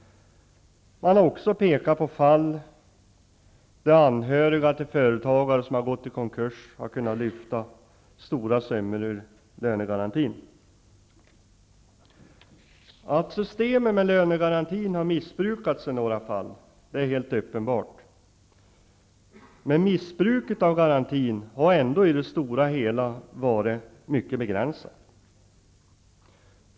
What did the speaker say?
Man har också pekat på fall där anhöriga till företagare som har gått i konkurs har kunnat lyfta stora summor ur lönegarantin. Att systemet med lönegaranti har missbrukats i några fall är helt uppenbart, men missbruket av garantin har ändå varit mycket begränsat.